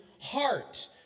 heart